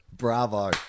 Bravo